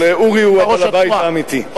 אבל אורי הוא בעל-הבית האמיתי.